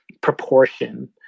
proportion